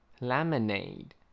Lemonade